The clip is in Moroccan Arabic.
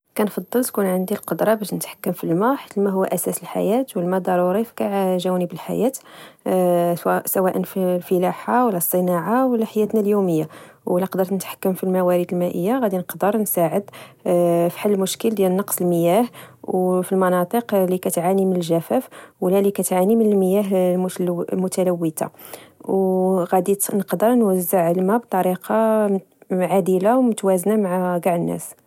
كنفضل تكون عندي القدرة باش نتحكم في الماء الماء هو اساس الحياة والماء ضروري في كل جوانب الحياة سواء في الفلاحة ولا الصناعة ولا حياتنا اليومية ولا نقدر نتحكم في الموارد المائية غادي نقدر نساعد في حل مشكل ديال نقص المياه. وفي المناطق اللي تعاني من الجفاف واللي كتعاني من المياه المتلوثة. وغادي نقدر نوزع الماء بطريقة عادلة ومتوازنة مع كاع الناس